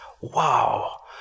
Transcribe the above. Wow